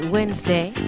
Wednesday